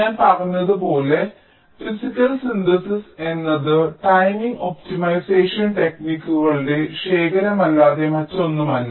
ഞാൻ പറഞ്ഞതുപോലെ physical synthesis എന്നത് ടൈമിംഗ് ഒപ്റ്റിമൈസേഷൻ ടെക്നിക്കുകളുടെ ശേഖരമല്ലാതെ മറ്റൊന്നുമല്ല